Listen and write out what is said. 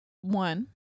one